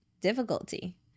difficulty